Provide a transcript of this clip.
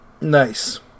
Nice